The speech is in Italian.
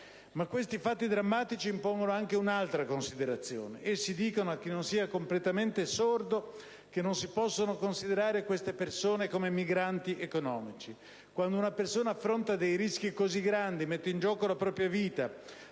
Ma questi fatti drammatici impongono anche un'altra considerazione. Essi dicono a chi non sia completamente sordo che non si possono considerare queste persone come «migranti economici». Quando una persona affronta dei rischi così grandi, mette in gioco la propria vita